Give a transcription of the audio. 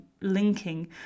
linking